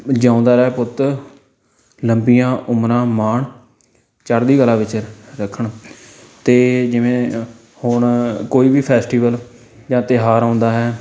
ਜਿਉਂਦਾ ਰਹਿ ਪੁੱਤ ਲੰਬੀਆਂ ਉਮਰਾਂ ਮਾਣ ਚੜ੍ਹਦੀ ਕਲਾ ਵਿੱਚ ਰੱਖਣ ਅਤੇ ਜਿਵੇਂ ਹੁਣ ਕੋਈ ਵੀ ਫੈਸਟੀਵਲ ਜਾਂ ਤਿਓਹਾਰ ਆਉਂਦਾ ਹੈ